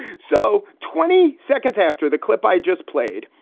so twenty seconds after the clip i just played,